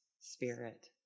spirit